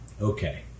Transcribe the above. okay